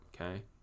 okay